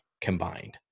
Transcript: combined